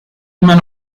immer